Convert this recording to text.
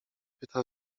pyta